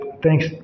Thanks